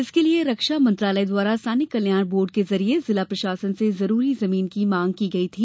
इसके लिए रक्षा मंत्रालय द्वारा सैनिक कल्याण बोर्ड के जरिए जिला प्रशासन से जरूरी जमीन की मांग की थी